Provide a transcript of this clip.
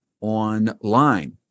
online